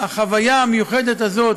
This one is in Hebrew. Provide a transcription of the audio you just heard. החוויה המיוחדת הזאת,